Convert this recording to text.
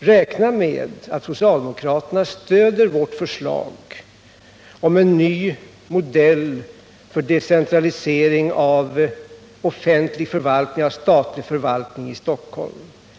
räkna med att socialdemokraterna stöder vårt förslag om en ny modell för decentralisering av offentlig och statlig förvaltning.